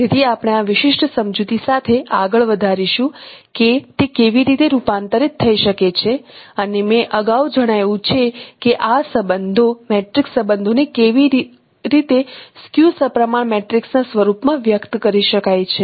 તેથી આપણે આ વિશિષ્ટ સમજૂતી સાથે આગળ વધારીશું કે તે કેવી રીતે રૂપાંતરિત થઈ શકે છે અને મેં અગાઉ જણાવ્યું છે કે આ સંબંધો મેટ્રિક્સ સંબંધોને કેવી રીતે સ્ક્યુ સપ્રમાણ મેટ્રિક્સના સ્વરૂપમાં વ્યક્ત કરી શકાય છે